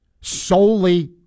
solely